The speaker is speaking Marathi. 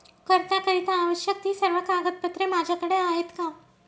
कर्जाकरीता आवश्यक ति सर्व कागदपत्रे माझ्याकडे आहेत का?